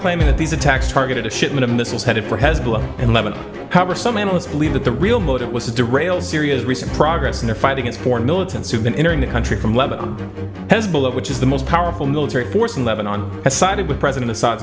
claiming that these attacks targeted a shipment of this was headed for hezbollah and lebanon however some analysts believe that the real motive was to rail syria's recent progress in their fight against foreign militants who've been entering the country from lebanon hezbollah which is the most powerful military force in lebanon has sided with president assa